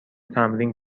تمرین